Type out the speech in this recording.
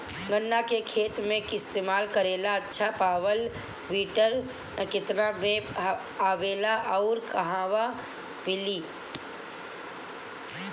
गन्ना के खेत में इस्तेमाल करेला अच्छा पावल वीडर केतना में आवेला अउर कहवा मिली?